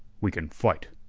we can fight,